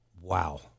Wow